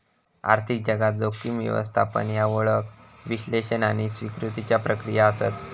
आर्थिक जगात, जोखीम व्यवस्थापन ह्या ओळख, विश्लेषण आणि स्वीकृतीच्या प्रक्रिया आसत